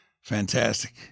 Fantastic